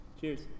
cheers